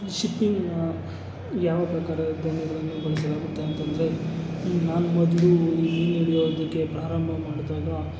ಈ ಶಿಪ್ಪಿಂಗನ್ನು ಯಾವ ಪ್ರಕಾರ ದೋಣಿಗಳನ್ನು ಬಳಸಲಾಗುತ್ತೆ ಅಂತಂದರೆ ನಾನು ಮೊದಲು ಈ ಮೀನು ಹಿಡಿಯೋದಕ್ಕೆ ಪ್ರಾರಂಭ ಮಾಡಿದಾಗ